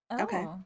Okay